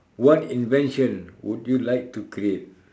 what invention would you like to create